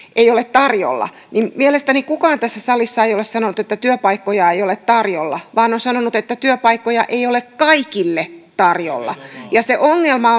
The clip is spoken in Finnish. tarjolla niin mielestäni kukaan tässä salissa ei ole sanonut että työpaikkoja ei ole tarjolla vaan on sanonut että työpaikkoja ei ole kaikille tarjolla ja se ongelma